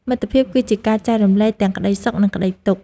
មិត្តភាពគឺជាការចែករំលែកទាំងក្ដីសុខ និងក្ដីទុក្ខ។